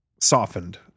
softened